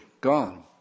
gone